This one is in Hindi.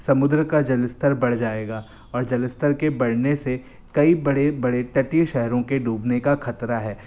समुद्र का जलस्तर बढ़ जाएगा और जलस्तर के बढ़ने से कई बड़े बड़े तटीय शहरों के डूबने का ख़तरा है